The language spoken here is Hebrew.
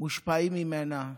מושפעים ממנה.